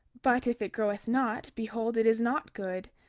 but if it groweth not, behold it is not good,